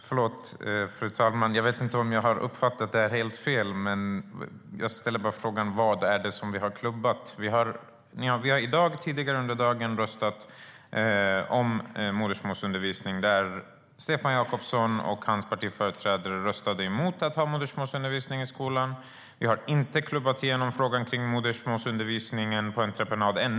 Fru talman! Förlåt, men jag vet inte om jag har uppfattat det här helt fel - vad det är vi har klubbat. Vi har tidigare under dagen röstat om modersmålsundervisning, där Stefan Jakobsson och hans partiföreträdare röstade emot att ha modersmålsundervisning i skolan. Vi har inte klubbat igenom frågan om modersmålsundervisning på entreprenad än.